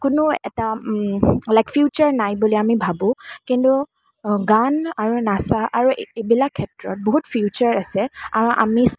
কোনো এটা like future নাই বুলি আমি ভাবোঁ কিন্তু গান আৰু নচা আৰু এইবিলাক ক্ষেত্ৰত বহুত ফিউচাৰ আছে আৰু আমি